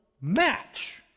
match